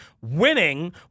winning